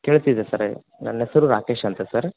ಕೇಳ್ತಿದೆ sir ಹೇಳಿ ನನ್ನ ಹೆಸ್ರು ರಾಕೇಶ್ ಅಂತ ಸರ್